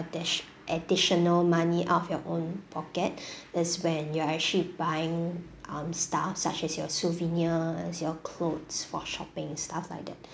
addi~ additional money out of your own pocket is when you're actually buying um stuff such as your souvenir as your clothes for shopping stuff like that